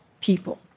people